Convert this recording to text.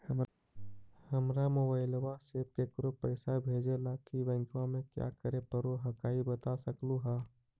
हमरा मोबाइलवा से केकरो पैसा भेजे ला की बैंकवा में क्या करे परो हकाई बता सकलुहा?